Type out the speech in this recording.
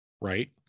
right